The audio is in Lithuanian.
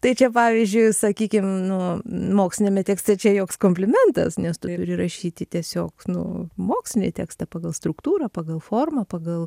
tai čia pavyzdžiui sakykim nu moksliniame tekste čia joks komplimentas nes tu turi rašyti tiesiog nu mokslinį tekstą pagal struktūrą pagal formą pagal